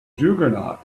juggernaut